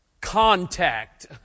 contact